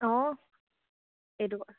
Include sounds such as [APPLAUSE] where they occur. [UNINTELLIGIBLE]